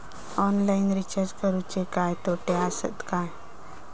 Online recharge करुचे काय तोटे आसत काय?